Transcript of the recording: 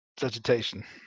vegetation